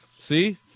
See